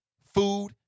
food